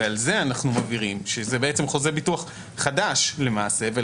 ועל זה אנחנו מבהירים שזה חוזה ביטוח חדש למעשה.